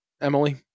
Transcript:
emily